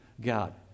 God